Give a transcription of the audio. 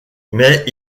mais